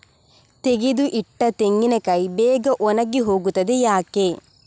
ತೆಗೆದು ಇಟ್ಟ ತೆಂಗಿನಕಾಯಿ ಬೇಗ ಒಣಗಿ ಹೋಗುತ್ತದೆ ಯಾಕೆ?